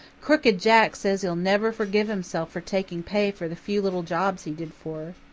crooked jack says he'll never forgive himself for taking pay for the few little jobs he did for